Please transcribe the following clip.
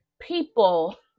people